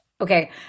Okay